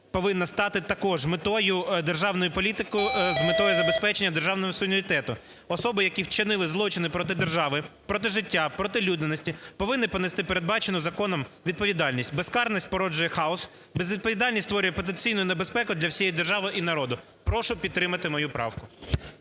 повинно стати також метою державної політики з метою забезпечення державного суверенітету. Особи, які вчинили злочини проти держави, про життя, про людяності повинні понести передбачену законом відповідальність. Безкарність породжу хаос, безвідповідальність створює потенційну небезпеку для всієї держави і народу. Прошу підтримати мою правку.